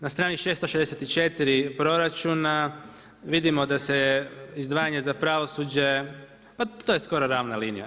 Na strani 664. proračuna vidimo da se izdvajanje za pravosuđe, pa to je skoro ravna linija.